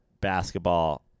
basketball